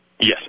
Yes